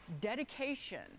dedication